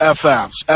FM's